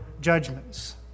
judgments